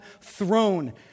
throne